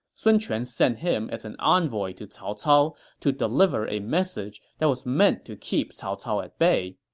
sun quan sent him as an envoy to cao cao to deliver a message that was meant to keep cao cao at bay.